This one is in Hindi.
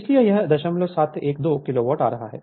इसलिए यह 0712 किलो वाट आ रहा है